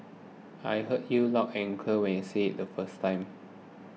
I heard you loud and clear when you said it the first time